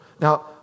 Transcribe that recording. Now